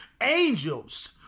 angels